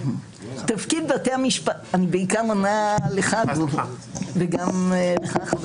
אני בעיקר עונה לך וגם לך.